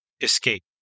escape